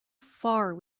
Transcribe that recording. far